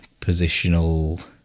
positional